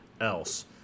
else